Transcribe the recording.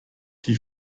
die